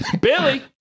Billy